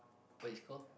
what is call